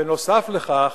הוא דיבר על, נוסף על כך,